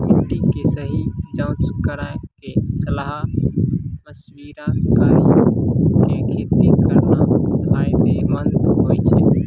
मिट्टी के सही जांच कराय क सलाह मशविरा कारी कॅ खेती करना फायदेमंद होय छै